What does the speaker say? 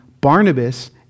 Barnabas